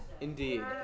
Indeed